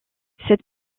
cette